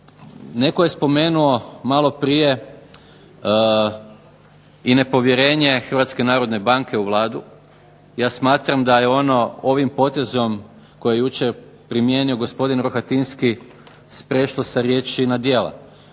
netko je spomenuo maloprije i nepovjerenje Hrvatske narodne banke u Vladu, ja smatram da je ono ovim potezom koji je jučer primijenio gospodin Rohatinski prešlo sa riječi na djela.